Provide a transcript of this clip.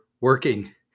working